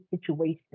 situation